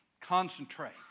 concentrate